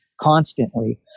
constantly